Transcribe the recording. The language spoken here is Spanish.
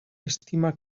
estima